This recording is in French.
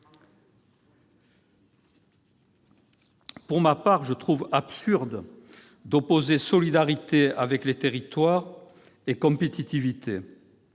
Pour ma part, je trouve absurde d'opposer solidarité avec les territoires et compétitivité.